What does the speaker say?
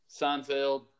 Seinfeld